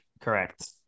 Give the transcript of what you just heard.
Correct